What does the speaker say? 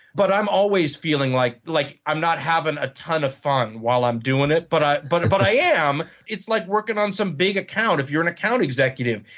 but i'm always feeling like like i'm not having a ton of fun while i'm doing it, but i but and but i am. it's like working on some big account if you're an account executive.